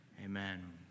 Amen